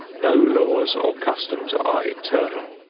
no laws or customs are eternal.